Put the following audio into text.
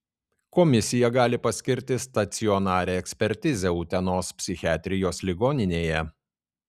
komisija gali paskirti stacionarią ekspertizę utenos psichiatrijos ligoninėje